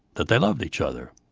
that they loved each other.